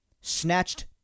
snatched